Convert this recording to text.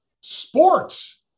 sports